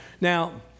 now